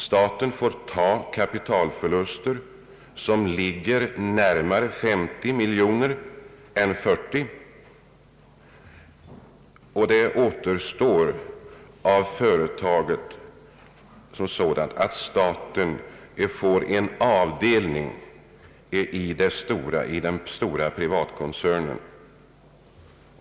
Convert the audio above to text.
Staten får ta kapitalförluster som ligger närmare 50 miljoner kronor än 40. Av företaget som sådant får nu staten bara en avdelning i den stora privatkoncernen.